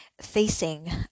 facing